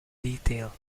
detail